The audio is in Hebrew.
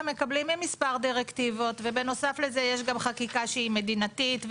איזה שהוא מסמך אחד שאנחנו מדברים עליו,